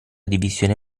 divisione